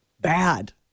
Bad